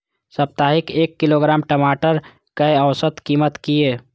साप्ताहिक एक किलोग्राम टमाटर कै औसत कीमत किए?